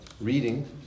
reading